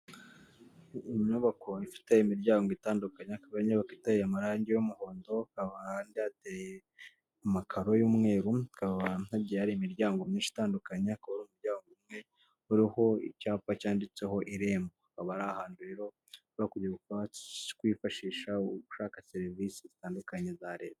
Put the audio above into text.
Inyubako ifite imiryango itandukanye, akaba ari inyubako iteye amarange y'umuhondo hakaba hanze hateye amakaro y'umweru hakaba hagiye hari imiryango myinshi itandukanye, hakaba hari muryango umwe, uriho icyapa cyanditseho irembo hakaaba ari ahantu rero ushobora kujya kwifashisha gushaka serivisi zitandukanye za leta.